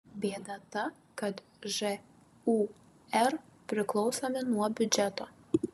bėda ta kad žūr priklausomi nuo biudžeto